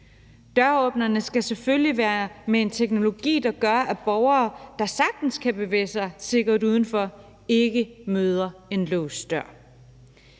Døråbnerne skal selvfølgelig være med en teknologi, der gør, at borgere, der sagtens kan bevæge sig sikkert udenfor, ikke møder en låst dør.